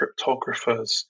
cryptographers